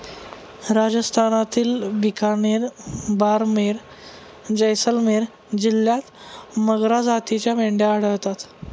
राजस्थानातील बिकानेर, बारमेर, जैसलमेर जिल्ह्यांत मगरा जातीच्या मेंढ्या आढळतात